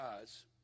eyes